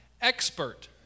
expert